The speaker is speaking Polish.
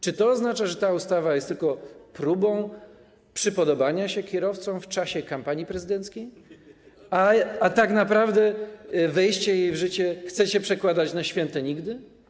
Czy to oznacza, że ta ustawa jest tylko próbą przypodobania się kierowcom w czasie kampanii prezydenckiej, a tak naprawdę jej wejście w życie chcecie przekładać na święte nigdy?